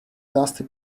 dusty